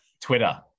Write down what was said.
Twitter